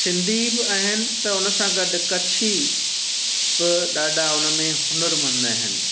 सिंधी बि आहिनि त उनसां गॾ कछी बि ॾाढा हुनमें हुनरमंद आहिनि